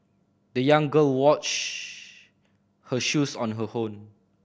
the young girl washed her shoes on her own